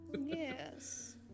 Yes